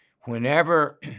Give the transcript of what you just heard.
Whenever